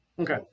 Okay